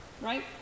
right